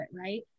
right